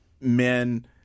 men